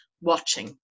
watching